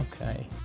Okay